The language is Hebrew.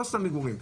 לא סתם מגורים,